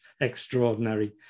extraordinary